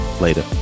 Later